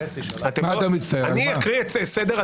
היועץ המשפטי יקרא את הנוסח,